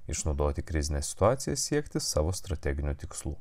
išnaudoti krizinę situaciją siekti savo strateginių tikslų